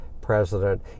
president